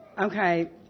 Okay